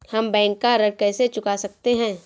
हम बैंक का ऋण कैसे चुका सकते हैं?